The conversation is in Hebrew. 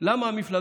על למה המפלגות